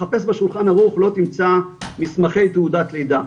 נחפש בשולחן ערוך לא תמצא מסמכי תעודת לידה,